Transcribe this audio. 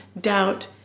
doubt